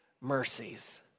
mercies